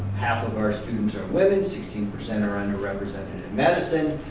half of our students are women, sixteen percent are underrepresented in medicine,